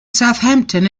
southampton